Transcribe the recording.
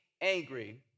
angry